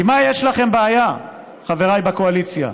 עם מה יש לכם בעיה, חבריי בקואליציה,